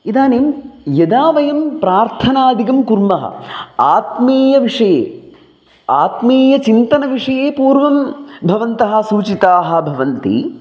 इदानीं यदा वयं प्रार्थनादिकं कुर्मः आत्मीयविषये आत्मीयचिन्तनविषये पूर्वं भवन्तः सूचिताः भवन्ति